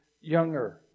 younger